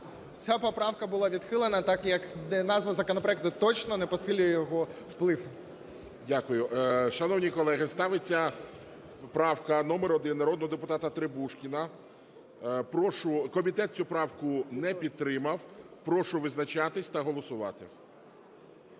Ця поправка була відхилена так, як назва законопроекту точно не посилює його вплив. 18:01:55 ГОЛОВУЮЧИЙ. Дякую. Шановні колеги, ставиться правка номер один народного депутата Требушкіна. Комітет цю правку не підтримав. Прошу визначатися та голосувати.